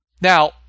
Now